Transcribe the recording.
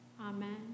Amen